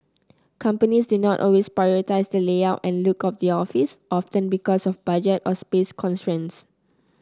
companies do not always prioritise the layout and look of their office often because of budget or space constraints